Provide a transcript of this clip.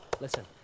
listen